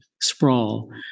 Sprawl